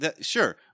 Sure